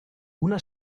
una